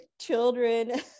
children